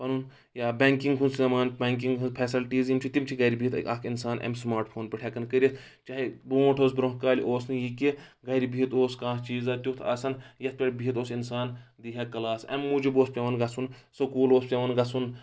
پَنُن یا بینٛکِنٛگ ہُنٛد سامان بیٚنٛکِنٛگ ہُنٛد فیسَلٹیٖز یِم چھِ تِم چھِ گرِ بِہِتھ اکھ اِنسان اَمہِ سمارٹ فون پیٚٹھ ہیٚکان کٔرِتھ چاہے بونٛٹھ اوس برونٛہہ کالہِ اوس نہٕ یہِ کہِ گرِ بِہِتھ اوس کانٛہہ چیٖزا تیُتھ آسان یتھ پیٚٹھ بِہِتھ اوس اِنسان دِیٖہہَ کٕلاس امہِ موٗجُب اوس پیٚوان گژھُن سکوٗل اوس پیٚوان گژھُن